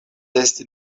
esti